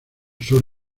sur